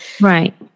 Right